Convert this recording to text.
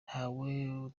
ntabwo